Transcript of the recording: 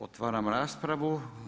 Otvaram raspravu.